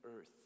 earth